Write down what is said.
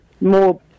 More